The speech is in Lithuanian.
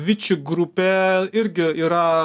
viči grupė irgi yra